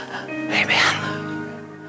Amen